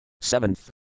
Seventh